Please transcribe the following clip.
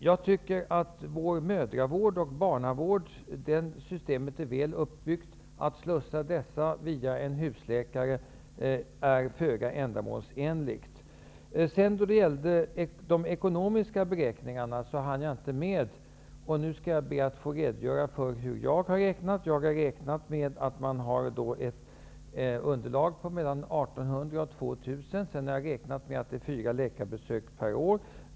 Jag tycker att systemet med mödravården och barnavården är väl uppbyggt. Att slussa patienter som skall dit genom en husläkare är föga ändamålsenligt. Jag hann tidigare inte ta upp de ekonomiska beräkningarna. Jag skall därför be att få redogöra för hur jag har räknat. Jag har räknat med att man har ett underlag på mellan 1 800 och 2 000 patienter. Sedan har jag räknat med att det är fråga om fyra läkarbesök per år.